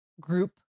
group